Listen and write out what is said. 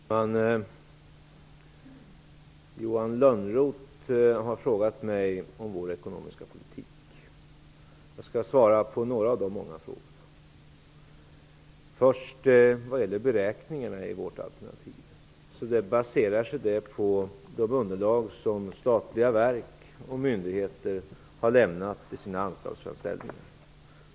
Fru talman! Johan Lönnroth har frågat mig om vår ekonomiska politik. Jag skall svara på några av de många frågorna. Till att börja med baseras beräkningarna i vårt alternativ på de underlag som statliga verk och myndigheter har lämnat i sina anslagsframställningar.